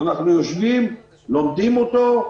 אנחנו לומדים אותו,